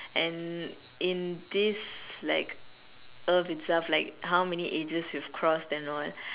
and in this like earth itself like how many ages is crossed and all